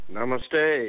Namaste